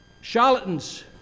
charlatans